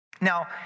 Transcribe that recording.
Now